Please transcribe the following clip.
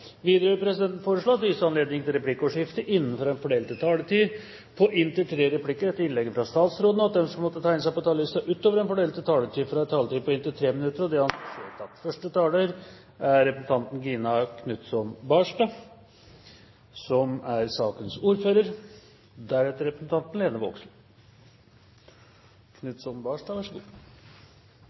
Videre vil presidenten foreslå at det gis anledning til replikkordskifte på inntil fem replikker med svar etter innlegget fra statsråden innenfor den fordelte taletid. Videre blir det foreslått at de som måtte tegne seg på talerlisten utover den fordelte taletid, får en taletid på inntil 3 minutter. – Det anses vedtatt. Første taler er Aud Herbjørg Kvalvik, på vegne av sakens ordfører,